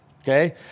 Okay